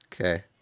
Okay